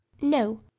no